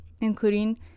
including